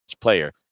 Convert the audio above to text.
player